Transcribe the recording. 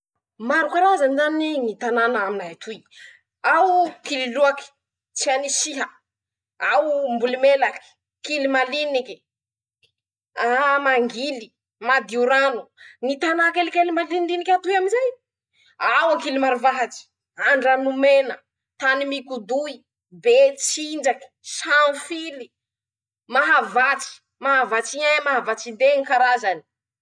Maro karazany zany ñy tanàna aminay atoy: -Ao Kililoaky, Tsianisiha, ao Mbolimelaky, kilimaliniky, aa mangily, madiorano, ñy tanà kelikely maliniliniky atoy amizay: ao Ankilimarovahatsy, Andranomena, Tanimikodoy, Betsinjaky, sanfily, Mahavatsy: Mahavatsy I; Mahavatsy II ñy karazany.